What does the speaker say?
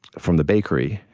from the bakery.